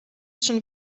schon